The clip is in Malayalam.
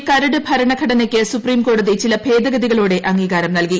ഐയുടെ കരട് ഭരണഘടനയ്ക്ക് സുപ്രീംകോടതി ചില ഭേദഗതികളോടെ അംഗീകാരം നൽകി